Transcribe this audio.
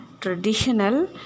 traditional